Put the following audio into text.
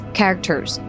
characters